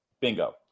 Bingo